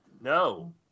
No